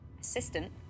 Assistant